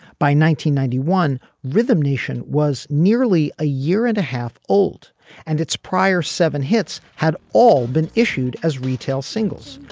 ninety ninety one rhythm nation was nearly a year and a half old and its prior seven hits had all been issued as retail singles.